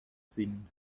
sinn